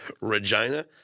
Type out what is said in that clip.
Regina